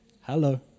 Hello